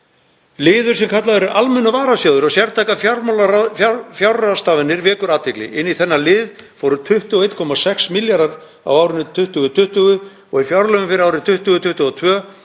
Liður sem kallaður er Almennur varasjóður og sértækar fjárráðstafanir vekur athygli. Inn á þennan lið fóru 21,6 milljarðar á árinu 2020 og í fjárlögum fyrir árið 2022